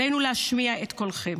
עלינו להשמיע את קולכם,